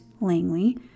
Langley